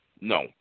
No